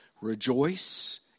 Rejoice